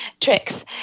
tricks